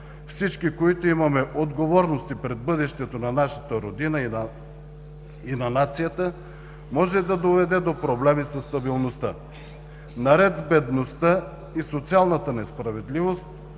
всички, които имаме отговорности пред бъдещето на нашата Родина и на нацията, може да доведе до проблеми със стабилността. Наред с бедността и социалната несправедливост